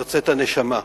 יוצאת הנשמה.